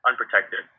unprotected